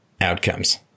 outcomes